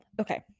okay